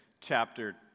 chapter